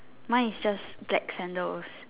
mine is just black sandals